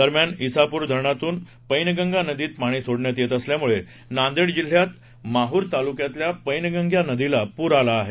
दरम्यान ईसापूर धरणातून पैनगंगा नदीत पाणी सोडण्यात येत असल्यामुळे नांदेड जिल्ह्यात माहूर तालुक्यातल्या पैनगंगा नदीला पूर आला आहे